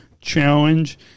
Challenge